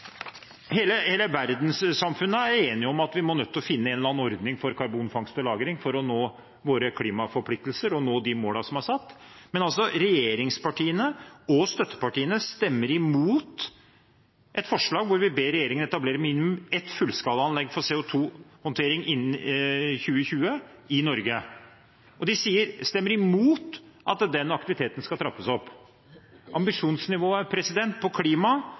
Hele verdenssamfunnet er enig i at man er nødt til å finne en eller annen ordning for karbonfangst og -lagring for å nå våre klimaforpliktelser og de målene som er satt. Men regjeringspartiene og støttepartiene stemmer imot et forslag hvor vi ber regjeringen etablere minimum ett fullskalaanlegg for CO2-håndtering innen 2020, i Norge. De stemmer imot at den aktiviteten skal trappes opp. Ambisjonsnivået på klima